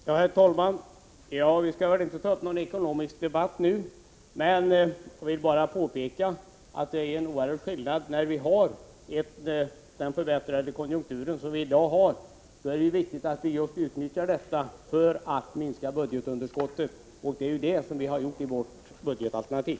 Herr talman! Vi skall väl inte ta upp någon ekonomisk debatt nu, men jag vill framhålla att situationen är en helt annan i dag med den förbättrade konjunktur som vi nu har. Då är det viktigt att utnyttja den för att minska budgetunderskottet, och det är detta vi har gjort i vårt budgetalternativ.